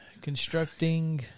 constructing